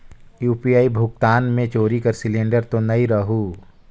UPI भुगतान मे चोरी कर सिलिंडर तो नइ रहु?